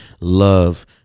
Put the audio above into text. Love